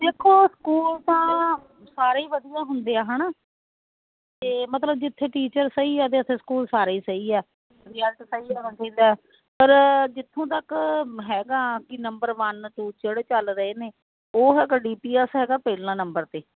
ਦੇਖੋ ਸਕੂਲ ਤਾਂ ਸਾਰੇ ਈ ਵਧੀਆ ਹੁੰਦੇ ਆ ਹਨਾ ਤੇ ਮਤਲਬ ਜਿੱਥੇ ਟੀਚਰ ਸਹੀ ਆ ਤੇ ਉੱਥੇ ਸਕੂਲ ਸਾਰੇ ਈ ਸਹੀ ਆ ਵਿਦਿਆਰਥੀ ਸਹੀ ਹੋਣਾ ਚਾਹੀਦਾ ਪਰ ਜਿੱਥੋਂ ਤੱਕ ਹੈਗਾ ਕੀ ਨੰਬਰ ਵਨ ਟੂ ਜਿਹੜੇ ਚੱਲ ਰਹੇ ਨੇ ਉਹ ਹੈਗਾ ਡੀਪੀਐਸ ਹੈਗਾ ਪਹਿਲਾਂ ਨੰਬਰ ਤੇ